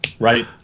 Right